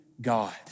God